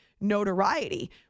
notoriety